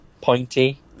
pointy